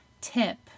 tip